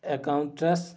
accounts